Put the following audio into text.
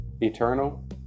Eternal